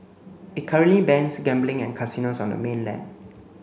it currently bans gambling and casinos on the mainland